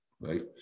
right